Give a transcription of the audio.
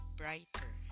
brighter